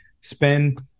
spend